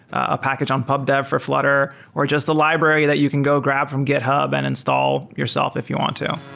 a package on pub dev for flutter, or just the library that you can go grab from github and install yourself if you want to